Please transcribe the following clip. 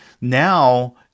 Now